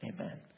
Amen